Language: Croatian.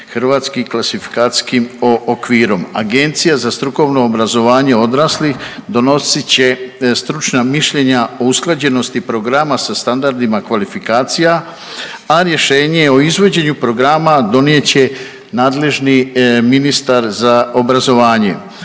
koji su regulirani HKO-om. Agencija za strukovno obrazovanje odraslih donosit će stručna mišljenja o usklađenosti programa sa standardima kvalifikacija, a rješenje o izvođenju programa donijet će nadležni ministar za obrazovanje.